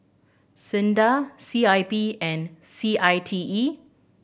SINDA C I P and C I T E